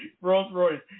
Rolls-Royce